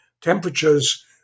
temperatures